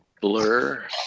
Blur